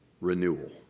renewal